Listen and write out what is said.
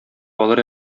алыр